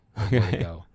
Okay